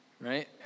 Right